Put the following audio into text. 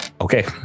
Okay